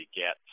get